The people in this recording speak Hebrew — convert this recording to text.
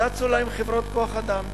צצו להן חברות כוח-אדם,